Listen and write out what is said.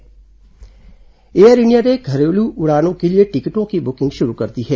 air India ticket booking Air India ने घरेलू उड़ानों के लिए टिकटों की बुकिंग शुरू कर दी है